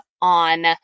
on